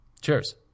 Cheers